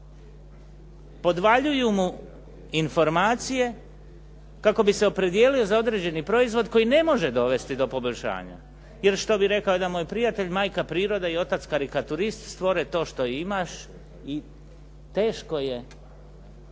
podvaljuju mu informacije kako bi se opredijelio za određeni proizvod koji ne može dovesti do poboljšanja. Jer što bi rekao jedan moj prijatelj, majka priroda i otac karikaturist stvore to što imaš i teško je